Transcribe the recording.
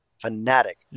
fanatic